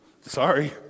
Sorry